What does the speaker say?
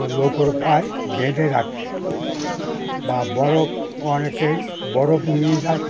নৌকোর গায়ে বেঁধে রাখি বা বরফ অনেকেই বরফ নিয়ে যায়